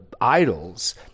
idols